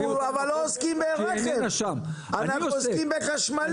אנחנו אבל לא עוסקים ברכב, אנחנו עוסקים בחשמלי.